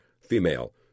Female